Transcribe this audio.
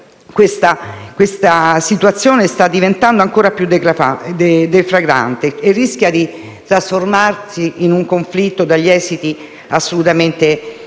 cui la situazione sta diventando ancora più deflagrante e rischia di trasformarsi in un conflitto dagli esiti assolutamente